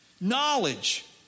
knowledge